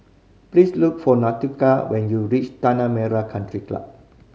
please look for Nautica when you reach Tanah Merah Country Club